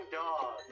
dog